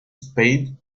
spade